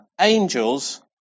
angels